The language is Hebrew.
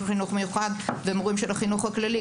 חינוך מיוחד ומורים של החינוך הכללי.